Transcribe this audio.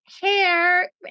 hair